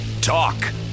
Talk